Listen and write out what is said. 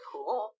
Cool